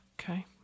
Okay